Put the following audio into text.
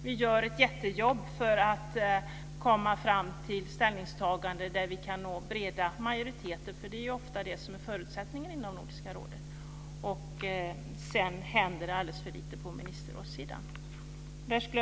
Vi gör ett jättejobb för att komma fram till ställningstaganden där vi kan nå breda majoriteter - det är ju ofta det som är förutsättningen inom Nordiska rådet - och sedan händer det alldeles för lite på ministerrådssidan.